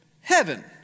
heaven